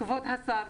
כבוד השר,